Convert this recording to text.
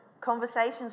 Conversations